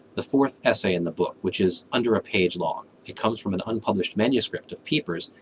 the fourth essay in the book, which is under a page long. it comes from an unpublished manuscript of pieper's,